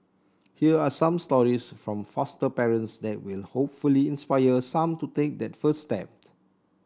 here are some stories from foster parents that will hopefully inspire some to take that first steps